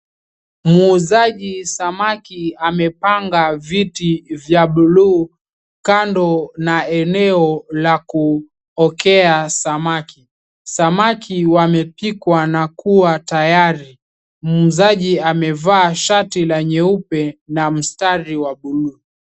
Muuzaji samaki amepanga viti vya buluu kando na eneo la kuokea samaki. Samaki wamepikwa na kuwa tayari. Muuzaji amevaa shati la nyeupe na mtari wa buluu.